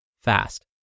fast